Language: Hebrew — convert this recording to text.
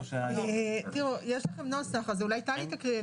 יש לכם נוסח, אז אולי טלי תקריא.